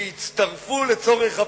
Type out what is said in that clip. שהצטרפו לצורך הפירוד.